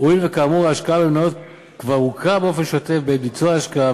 הואיל וכאמור ההשקעה במניות כבר הוכרה באופן שוטף בעת ביצוע ההשקעה,